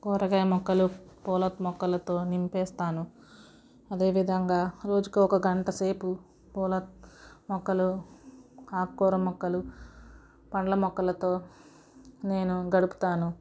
కూరగాయ మొక్కలు పూల మొక్కలతో నింపేస్తాను అదేవిధంగా రోజుకి ఒక గంటసేపు పూల మొక్కలు ఆకు కూర మొక్కలు పండ్ల మొక్కలతో నేను గడుపుతాను